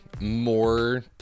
more